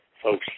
folks